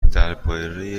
درباره